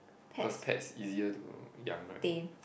cause pets easier to 养 right